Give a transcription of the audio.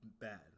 bad